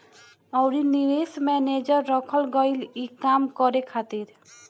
अउरी निवेश मैनेजर रखल गईल ई काम करे खातिर